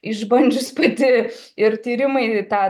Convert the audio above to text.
išbandžius pati ir tyrimai tą